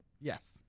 Yes